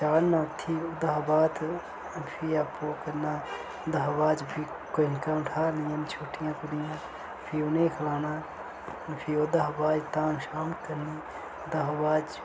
चाढ़ना उत्थै ओहदे बाद फ्ही आपूं करना ओहदे च फ्ही कंजकां बठानियां छोटियां कुड़ियां फ्ही उनेंगी खलाना फ्ही ओह्दे शा बाद च धाम शाम करनी ओह्दे शा बाद च